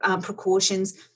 precautions